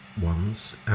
ones